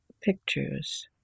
pictures